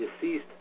deceased